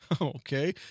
Okay